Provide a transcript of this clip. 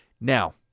Now